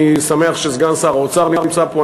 אני שמח שסגן שר האוצר נמצא פה.